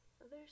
others